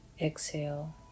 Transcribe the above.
Exhale